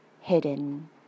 hidden